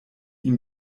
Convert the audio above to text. ihm